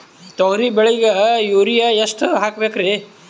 ತೊಗರಿ ಬೆಳಿಗ ಯೂರಿಯಎಷ್ಟು ಹಾಕಬೇಕರಿ?